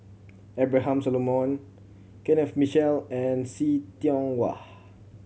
Abraham Solomon Kenneth Mitchell and See Tiong Wah